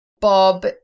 Bob